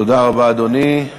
תודה רבה, אדוני.